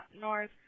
North